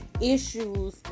issues